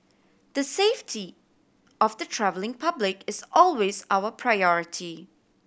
the safety of the travelling public is always our priority